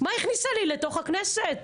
מה הכניסה לי לתוך הכנסת?